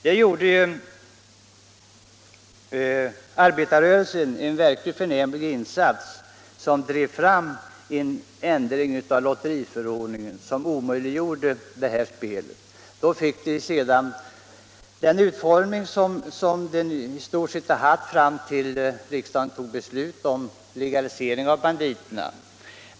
Den gången gjorde arbetarrörelsen en verkligt förnämlig insats genom att driva fram en ändring av lotteriförordningen som omöjliggjorde det här spelet. Bestämmelserna fick då den utformning som de i stort sett har haft fram till dess att riksdagen tog sitt beslut om legalisering av banditerna.